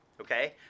Okay